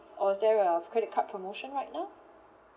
or is there a credit card promotion right now